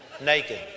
naked